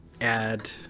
add